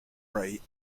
wright